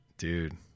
Dude